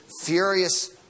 furious